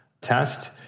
test